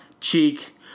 Cheek